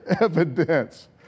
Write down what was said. evidence